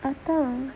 அதான்:athaan